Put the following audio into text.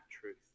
truth